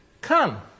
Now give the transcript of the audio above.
Come